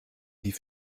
wie